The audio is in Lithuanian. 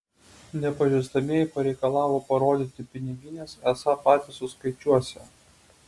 nepažįstamieji pareikalavo parodyti pinigines esą patys suskaičiuosią